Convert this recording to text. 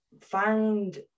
find